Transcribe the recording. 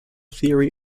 theory